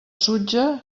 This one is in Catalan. sutja